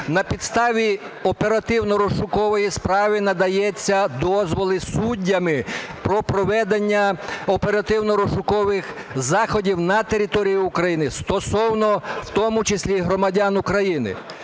На підставі оперативно-розшукової справи надаються дозволи суддями про проведення оперативно-розшукових заходів на території України стосовно в тому числі і громадян України.